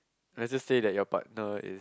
let's just say that your partner is